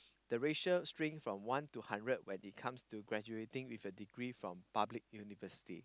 the ratio string from one to hundred when it comes to graduating with a degree from public university